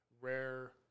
rare